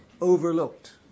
overlooked